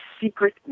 secret